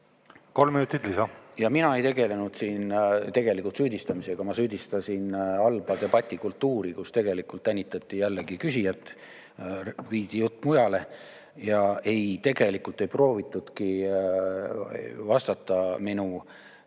Kolm minutit lisa. Mina ei tegelenud siin tegelikult süüdistamisega. Ma süüdistasin halba debatikultuuri: jällegi tänitati küsijat, viidi jutt mujale ja tegelikult ei proovitudki vastata minu